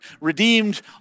redeemed